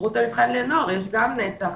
לשירות המבחן לנוער יש גם נתח.